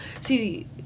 see